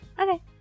Okay